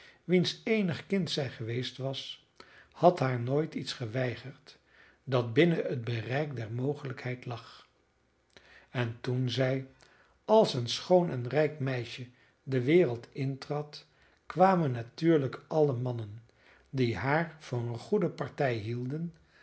wiens eenig kind zij geweest was had haar nooit iets geweigerd dat binnen het bereik der mogelijkheid lag en toen zij als een schoon en rijk meisje de wereld intrad kwamen natuurlijk alle mannen die haar voor een goede partij hielden